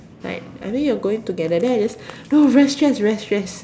like I mean you are going together then I just no very stress very stress